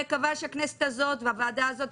אני מקווה שהכנסת הזאת והוועדה הזאת